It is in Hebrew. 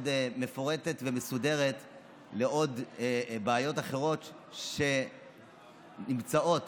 מפורטת ומסודרת לעוד בעיות אחרות שנמצאות